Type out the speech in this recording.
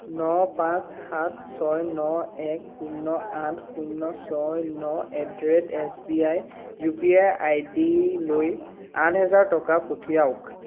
ন পাঁচ সাত ছয় ন এক শূণ্য আঠ শূণ্য ছয় ন at the rate S B I U P I I D লৈ আঠ হাজাৰ টকা পঠিয়াওক